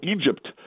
Egypt